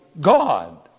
God